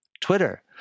Twitter